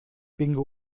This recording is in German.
bingo